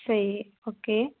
ਸਹੀ ਹੈ ਓਕੇ